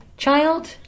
Child